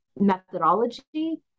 methodology